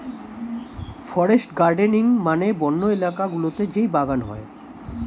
forest gardening মানে বন্য এলাকা গুলোতে যেই বাগান হয়